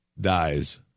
dies